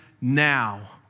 now